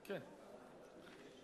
כן,